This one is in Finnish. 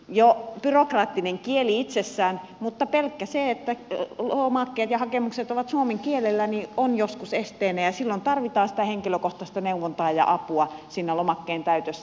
jo byrokraattinen kieli itsessään mutta myös pelkästään se että lomakkeet ja hakemukset ovat suomen kielellä ovat joskus esteenä ja silloin tarvitaan sitä henkilökohtaista neuvontaa ja apua siinä lomakkeen täytössä